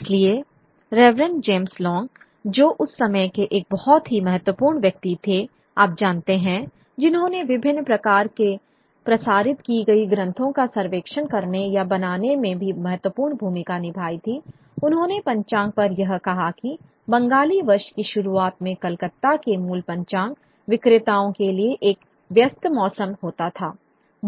इसलिए Reverend James Long जो उस समय के एक बहुत ही महत्वपूर्ण व्यक्ति थे आप जानते हैं जिन्होंने विभिन्न प्रकार के प्रसारित की गई ग्रंथों का सर्वेक्षण करने या बनाने में भी महत्वपूर्ण भूमिका निभाई थी उन्होंने पंचांग पर यह कहा कि बंगाली वर्ष की शुरुआत में कलकत्ता के मूल पंचांग विक्रेताओं के लिए एक व्यस्त मौसम होता था